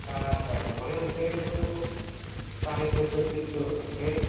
ᱟᱪᱪᱷᱟ ᱟᱪᱪᱷᱟ ᱢᱟᱱᱮ ᱚᱱᱛᱮ ᱨᱮ ᱮᱠᱫᱚᱢ ᱠᱚ ᱛᱟᱦᱮᱸ ᱴᱷᱟᱹᱣᱠᱟᱹ ᱛᱷᱤᱨ ᱩᱛᱟᱹᱨᱚᱜ ᱠᱟᱱᱟ ᱦᱮᱸ